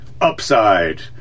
upside